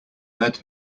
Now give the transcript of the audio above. led